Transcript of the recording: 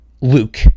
luke